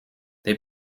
they